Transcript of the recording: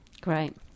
great